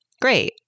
Great